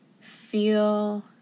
feel